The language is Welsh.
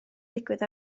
digwydd